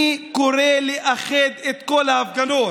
אני קורא לאחד את כל ההפגנות.